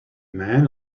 man